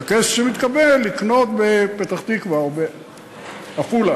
ובכסף שמתקבל לקנות בפתח-תקווה או בעפולה,